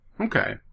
Okay